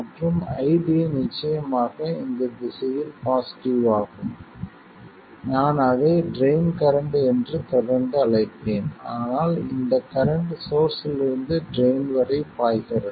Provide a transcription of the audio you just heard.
மற்றும் ID நிச்சயமாக இந்த திசையில் பாசிட்டிவ் ஆகும் நான் அதை ட்ரைன் கரண்ட் என்று தொடர்ந்து அழைப்பேன் ஆனால் இந்த கரண்ட் சோர்ஸ்ஸிலிருந்து ட்ரைன் வரை பாய்கிறது